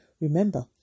Remember